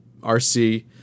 RC